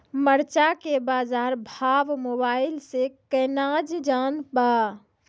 मरचा के बाजार भाव मोबाइल से कैनाज जान ब?